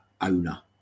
owner